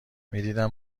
میدیدم